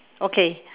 okay